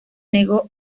negó